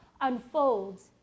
unfolds